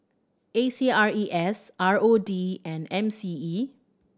A C R E S R O D and M C E